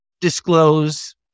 disclose